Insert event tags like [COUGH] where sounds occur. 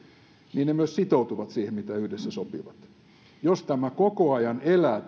niin ne myös sitoutuvat siihen mitä yhdessä sopivat jos tämä keskustelu koko ajan elää [UNINTELLIGIBLE]